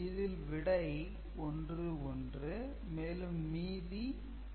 இதில் விடை 1 1 மேலும் மீதி 1 0